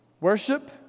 worship